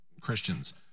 Christians